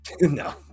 No